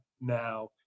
now